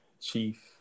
chief